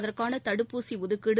அதற்கான தடுப்பூசி ஒதுக்கீடு